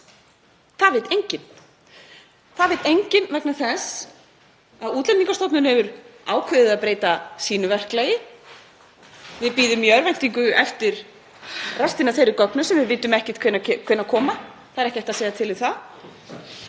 Það veit enginn. Það veit enginn vegna þess að Útlendingastofnun hefur ákveðið að breyta sínu verklagi. Við bíðum í örvæntingu eftir restinni af þeim gögnum sem við vitum ekkert hvenær koma. Það er ekki hægt að segja til um það.